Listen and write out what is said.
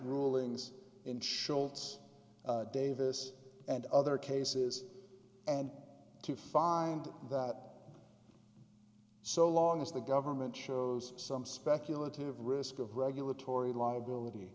rulings in scholtz davis and other cases and to find that so long as the government shows some speculative risk of regulatory liability